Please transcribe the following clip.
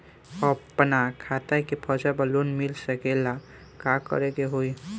अपना खेत के फसल पर लोन मिल सकीएला का करे के होई?